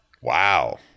wow